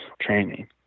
training